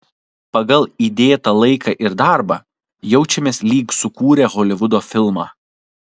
pagal įdėtą laiką ir darbą jaučiamės lyg sukūrę holivudo filmą